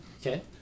Okay